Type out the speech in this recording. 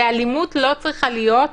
ואלימות לא צריכה להיות,